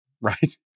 right